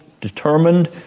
determined